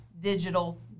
digital